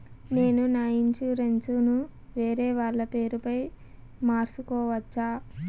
నేను నా ఇన్సూరెన్సు ను వేరేవాళ్ల పేరుపై మార్సుకోవచ్చా?